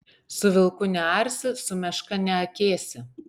su vilku nearsi su meška neakėsi